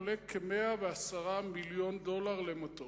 עולה כ-110 מיליון דולר למטוס.